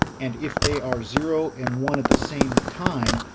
and if they are zero and one at the same time,